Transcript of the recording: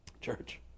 Church